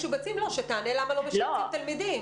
שתענה למה לא משובצים תלמידים.